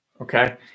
Okay